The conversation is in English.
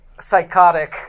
psychotic